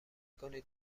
کنید